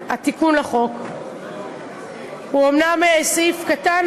התיקון לחוק הוא אומנם סעיף קטן,